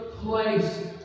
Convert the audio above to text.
place